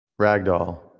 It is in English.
Ragdoll